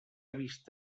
vist